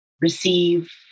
receive